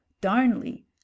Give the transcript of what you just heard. darnley